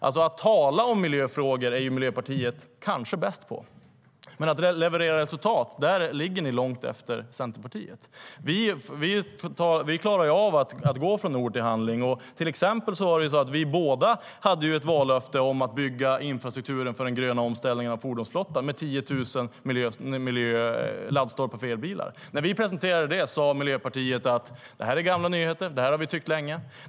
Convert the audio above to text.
Att tala om miljöfrågor är Miljöpartiet kanske bäst på, men när det gäller att leverera resultat ligger ni långt efter Centerpartiet. Vi klarar av att gå från ord till handling. Vi båda hade ju ett vallöfte om att bygga infrastrukturen för den gröna omställningen av fordonsflottan med 10 000 laddstolpar för elbilar. När vi presenterade det förslaget sade Miljöpartiet: Det här är gamla nyheter, det här har vi tyckt länge.